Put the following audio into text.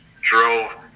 drove